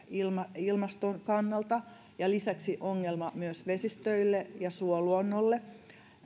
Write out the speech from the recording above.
ilmaston kannalta ja lisäksi ongelma myös vesistöille ja suoluonnolle